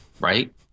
Right